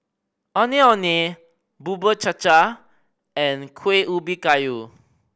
Ondeh Ondeh Bubur Cha Cha and Kuih Ubi Kayu